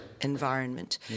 environment